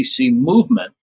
movement